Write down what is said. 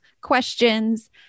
questions